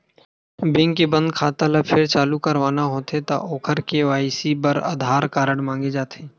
bank के बंद खाता ल फेर चालू करवाना होथे त ओखर के.वाई.सी बर आधार कारड मांगे जाथे